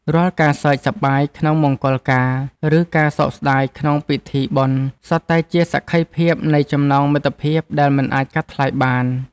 រាល់ការសើចសប្បាយក្នុងមង្គលការ ឬការសោកស្តាយក្នុងពិធីបុណ្យ សុទ្ធតែជាសក្ខីភាពនៃចំណងមិត្តភាពដែលមិនអាចកាត់ថ្លៃបាន។